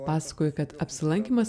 pasakojo kad apsilankymas